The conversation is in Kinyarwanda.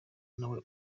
nawe